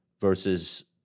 versus